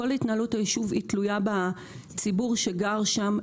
כל התנהלות היישוב תלויה בציבור שגר שם,